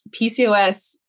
PCOS